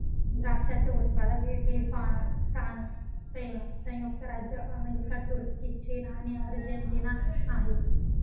द्राक्षाचे उत्पादक Italy, France, Spain, संयुक्त राज्य अमेरिका, तुर्की, चीन आणि अर्जेंटिना आहे